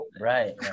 Right